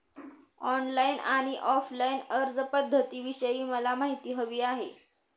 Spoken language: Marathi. ऑनलाईन आणि ऑफलाईन अर्जपध्दतींविषयी मला माहिती हवी आहे